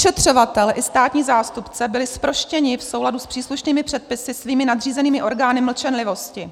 Vyšetřovatel i státní zástupce byli zproštěni v souladu s příslušnými předpisy svými nadřízenými orgány mlčenlivosti.